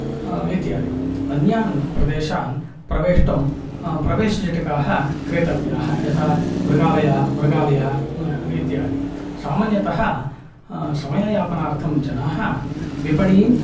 इत्यादि अन्यान् प्रदेशान् प्रवेष्टुं प्रवेशचीटिकाः क्रेतव्याः यथा मृगालयः मृगालयः इत्यादि सामान्यतः समययापनार्थं जनाः विपणीन्